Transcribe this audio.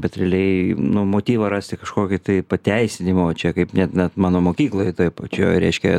bet realiai nu motyvą rasti kažkokį tai pateisinimo čia kaip net na mano mokykloj taip čia jo reiškia